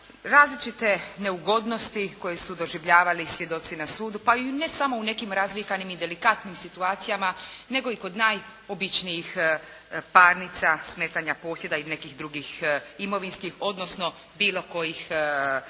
različite neugodnosti koje su doživljavali svjedoci na sudu pa i ne samo u nekim razvikanim i delikatnim situacijama nego i kod najobičnijih parnica smetanja posjeda i nekih drugih imovinskih odnosno bilo kojih postupaka